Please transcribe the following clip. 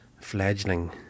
fledgling